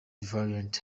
variants